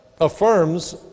affirms